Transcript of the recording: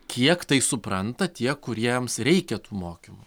kiek tai supranta tie kuriems reikia tų mokymų